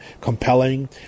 compelling